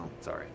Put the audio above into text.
sorry